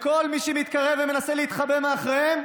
כל מי שמתקרב ומנסה להתחבא מאחוריהם,